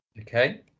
Okay